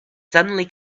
suddenly